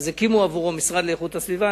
אז הקימו עבורו משרד לאיכות הסביבה.